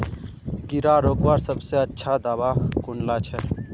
कीड़ा रोकवार सबसे अच्छा दाबा कुनला छे?